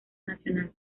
nacional